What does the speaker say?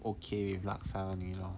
okay with laksa you know